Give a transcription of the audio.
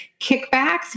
Kickbacks